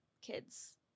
kids